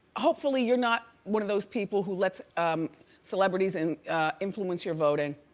hopefully, you're not one of those people who lets um celebrities and influence your voting.